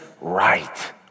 right